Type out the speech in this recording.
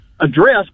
address